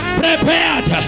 prepared